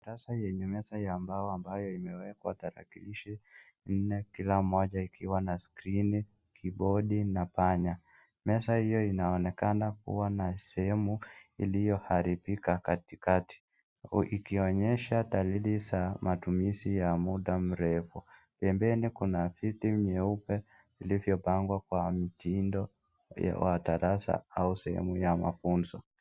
Darasa yenye meza ya mbao ambayo imewekwa tarakilishi nne, kila moja ikiwa na skrine , kibodi na panya. Meza hio inaonekana kuwa na sehemu iliyoharibika katikati ikionyesha dalili za matumizi ya muda mrefu. Pembeni kuna viti nyeupe vilivyopangwa kwa mtindo wa darasa au sehemu ya mafunzo.